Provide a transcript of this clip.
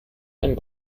ein